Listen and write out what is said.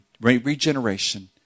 regeneration